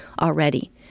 already